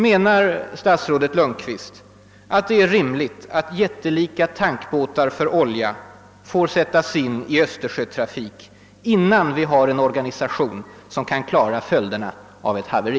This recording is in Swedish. Menar statsrådet Lundkvist att det är rimligt att jättelika tankbåtar för olja får sättas in i Östersjötrafik innan vi har en organisation som kan klara följderna av ett haveri?